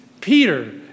Peter